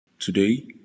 Today